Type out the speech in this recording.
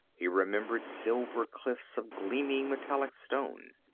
he remembered silver cliffs of gleaming metallic stone.